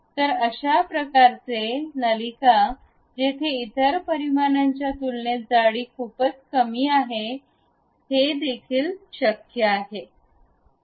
तर अशा प्रकारचे नलिका जेथे इतर परिमाणांच्या तुलनेत जाडी खूपच कमी आहे ते देखील शक्य आहे